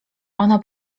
ona